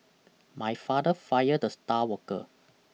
my father fired the star worker